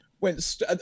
went